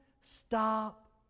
stop